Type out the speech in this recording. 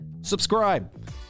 subscribe